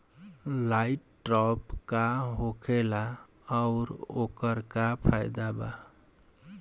Light trap का होखेला आउर ओकर का फाइदा बा?